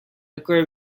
occur